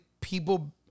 people